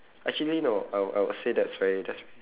actually no I would I would say that's very that's v~